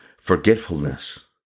forgetfulness